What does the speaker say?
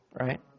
Right